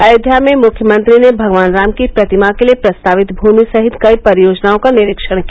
अयोध्या में मुख्यमंत्री ने भगवान राम की प्रतिमा के लिये प्रस्तावित भूमि सहित कई परियोजनाओं का निरीक्षण किया